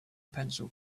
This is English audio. pencil